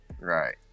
right